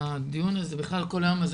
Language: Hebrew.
הדיון הזה ובכלל כל היום הזה,